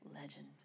legend